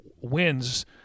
wins